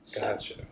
gotcha